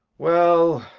well,